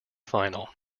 final